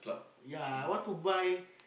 yea I want to buy